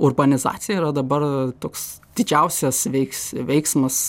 urbanizacija yra dabar toks didžiausias veiks veiksmas